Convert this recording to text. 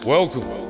Welcome